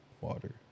water